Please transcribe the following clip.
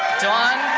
dawn.